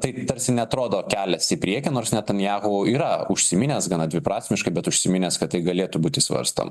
tai tarsi neatrodo kelias į priekį nors netanjahu yra užsiminęs gana dviprasmiškai bet užsiminęs kad tai galėtų būti svarstom